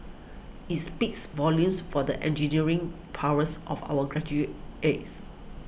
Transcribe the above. it speaks volumes for the engineering prowess of our graduates